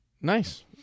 Nice